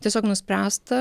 tiesiog nuspręsta